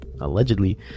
allegedly